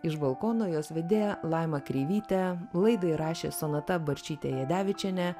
iš balkono jos vedėja laima kreivytė laidą įrašė sonata barčytė jadevičienė